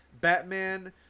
Batman